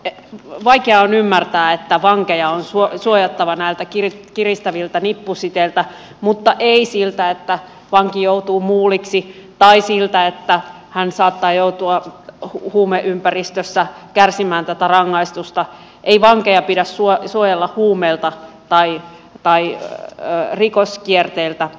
vaikeaa on ymmärtää että vankeja on suojattava näiltä kiristäviltä nippusiteiltä mutta ei siltä että vanki joutuu muuliksi tai siltä että hän saattaa joutua huumeympäristössä kärsimään tätä rangaistusta ei vankeja pidä suojella huumeilta tai rikoskierteeltä